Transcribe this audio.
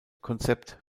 konzept